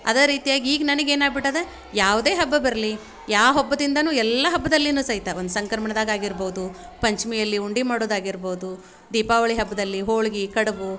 ಅದೇ ರೀತಿಯಾಗಿ ಈಗ ನನಗೆ ಏನಾಗ್ಬಿಟ್ಟಿದೆ ಯಾವುದೇ ಹಬ್ಬ ಬರಲಿ ಯಾವ ಹಬ್ಬದಿಂದಲೂ ಎಲ್ಲ ಹಬ್ಬದಲ್ಲಿನೂ ಸಹಿತ ಒಂದು ಸಂಕ್ರಮಣದಾಗ ಆಗಿರ್ಬೋದು ಪಂಚಮಿಯಲ್ಲಿ ಉಂಡಿ ಮಾಡೋದು ಆಗಿರ್ಬೋದು ದೀಪಾವಳಿ ಹಬ್ಬದಲ್ಲಿ ಹೋಳ್ಗೆ ಕಡುಬು